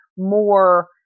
more